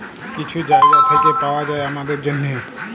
কিছু জায়গা থ্যাইকে পাউয়া যায় আমাদের জ্যনহে